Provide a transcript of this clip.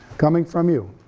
coming from you.